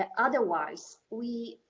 ah otherwise, we